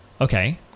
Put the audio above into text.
Okay